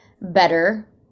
better